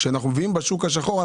כשזה השוק השחור,